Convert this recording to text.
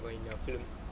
when you're film